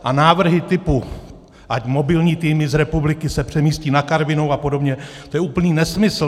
A návrhy typu, ať mobilní týmy z republiky se přemístí na Karvinou apod., to je úplný nesmysl.